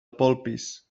polpís